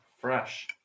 Fresh